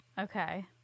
Okay